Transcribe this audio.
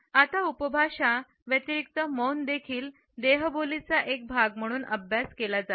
आता उपभाषा व्यतिरिक्त मौन देखील देहबोलीचा एक भाग म्हणून अभ्यास केला जात आहे